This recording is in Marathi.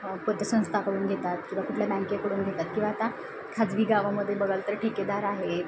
पत संस्थाकडून घेतात किंवा कुठल्या बँकेकडून घेतात किंवा आता खाजगी गावामध्ये बघाल तर ठेकेदार आहेत